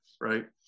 right